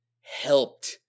helped